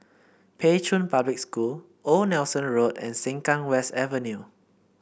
Pei Chun Public School Old Nelson Road and Sengkang West Avenue